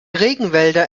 regenwälder